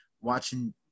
watching